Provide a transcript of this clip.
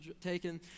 taken